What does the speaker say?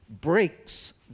breaks